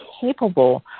capable